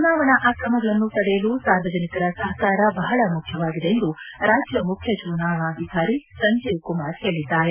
ಚುನಾವಣಾ ಆಕ್ರಮಗಳನ್ನು ತಡೆಯಲು ಸಾರ್ವಜನಿಕರ ಸಹಕಾರ ಬಹಳ ಮುಖ್ಯವಾಗಿದೆ ಎಂದು ರಾಜ್ಜ ಮುಖ್ಯ ಚುನಾವಣಾಧಿಕಾರಿ ಸಂಜೀವ್ ಕುಮಾರ್ ಹೇಳಿದ್ದಾರೆ